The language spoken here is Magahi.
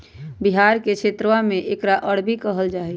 बिहार के क्षेत्रवा में एकरा अरबी कहल जाहई